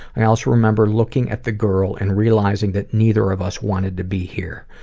i also remember looking at the girl and realizing that neither of us wanted to be here,